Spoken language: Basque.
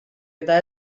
eta